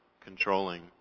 controlling